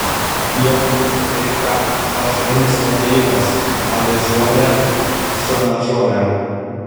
joms itin tinka pašarinis motiejukas avižuolė šunažolė